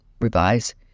Revise